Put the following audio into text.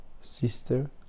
sister